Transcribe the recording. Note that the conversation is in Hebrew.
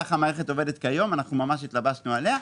כך המערכת עובדת כיום, ואנחנו ממש התלבשנו עליה.